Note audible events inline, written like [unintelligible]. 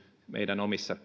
meidän omissa [unintelligible]